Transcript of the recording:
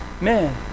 Man